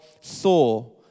saw